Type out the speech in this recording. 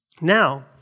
Now